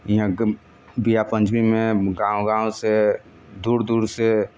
इहाँ बिआह पञ्चमीमे गाँव गाँवसँ दूर दूरसँ